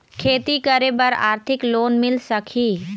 खेती करे बर आरथिक लोन मिल सकही?